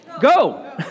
go